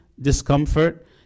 discomfort